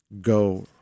go